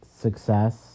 success